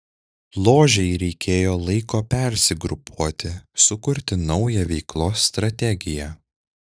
ložei reikėjo laiko persigrupuoti sukurti naują veiklos strategiją